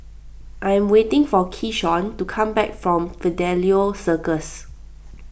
I am waiting for Keyshawn to come back from Fidelio Circus